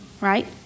right